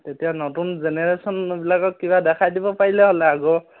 তেতিয়া নতুন জেনেৰেশ্যনবিলাকক কিবা দেখাই দিব পাৰিলে হ'লে আগৰ